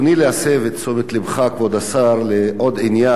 לעוד עניין בביטחון תזונתי,